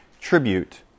tribute